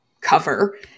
cover